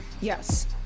Yes